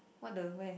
what the where